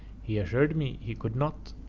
he assured me he could not,